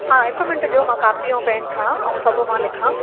हा हिकु मिंट ॾियो मां कापी ऐं पेन खणा ऐं सभु मां लिखां